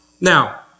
Now